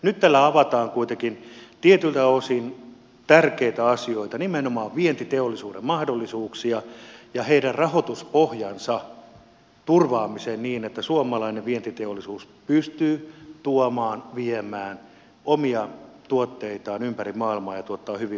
nyt tällä avataan kuitenkin tietyltä osin tärkeitä asioita nimenomaan vientiteollisuuden mahdollisuuksia ja heidän rahoituspohjansa turvaamiseen niin että suomalainen vientiteollisuus pystyy tuomaan viemään omia tuotteitaan ympäri maailmaa ja tuottamaan hyvinvointia suomeen